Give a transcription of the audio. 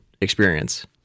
experience